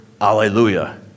alleluia